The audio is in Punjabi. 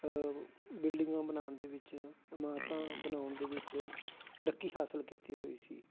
ਬਿਲਡਿੰਗਾਂ ਬਣਾਉਣ ਦੇ ਵਿੱਚ ਇਮਾਰਤਾਂ ਬਣਾਉਣ ਦੇ ਵਿੱਚ ਤਰੱਕੀ ਹਾਸਿਲ ਕੀਤੀ ਹੋਈ ਸੀ